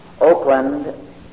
Oakland